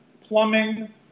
plumbing